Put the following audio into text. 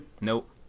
Nope